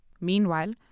Meanwhile